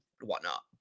whatnot